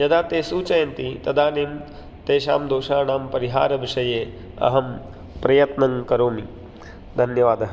यदा ते सूचयन्ति तदानीं तेषां दोषाणां परिहारविषये अहं प्रयत्नं करोमि धन्यवादः